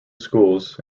schools